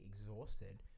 exhausted